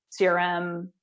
CRM